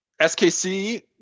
SKC